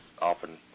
often